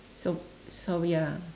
sob~ sobri ya